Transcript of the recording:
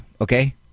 okay